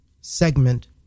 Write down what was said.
segment